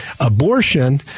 abortion